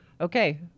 Okay